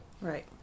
Right